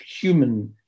human